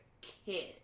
kid